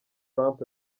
trump